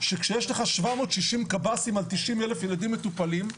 שכשיש לך 760 קבסי"ם על 90,000 ילדים מטופלים,